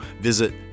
visit